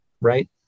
right